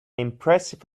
impressive